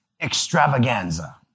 extravaganza